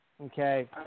okay